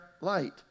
light